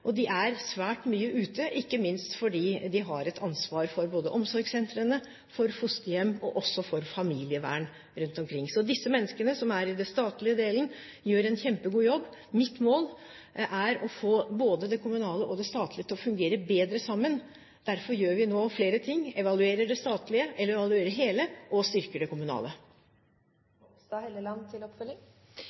og de er svært mye ute, ikke minst fordi de har et ansvar for omsorgssentrene, for fosterhjem og også for familievern rundt omkring. Så disse menneskene som er i den statlige delen, gjør en kjempegod jobb. Mitt mål er å få både det kommunale og det statlige til å fungere bedre sammen. Derfor gjør vi nå flere ting: evaluerer det statlige – eller evaluerer hele – og styrker det kommunale.